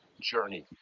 journey